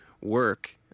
work